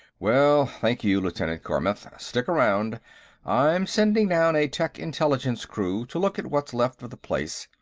well, thank you, lieutenant carmath. stick around i'm sending down a tech-intelligence crew to look at what's left of the place.